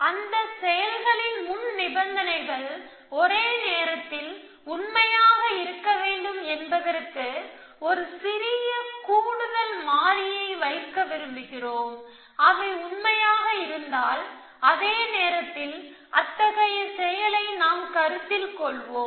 அந்த செயல்களின் முன் நிபந்தனைகள் ஒரே நேரத்தில் உண்மையாக இருக்க வேண்டும் என்பதற்கு ஒரு சிறிய கூடுதல் மாறியை வைக்க விரும்புகிறோம் அவை உண்மையாக இருந்தால் அதே நேரத்தில் அத்தகைய செயலை நாம் கருத்தில் கொள்வோம்